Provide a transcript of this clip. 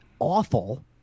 Awful